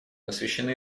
посвящены